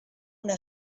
una